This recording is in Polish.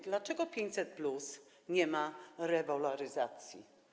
Dlaczego 500+ nie ma rewaloryzacji?